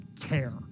care